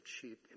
cheap